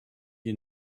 you